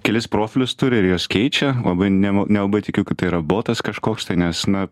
kelis profilius turi ir juos keičia labai nemo nelabai tikiu kad tai yra botas kažkoks tai nes na